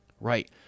Right